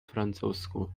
francusku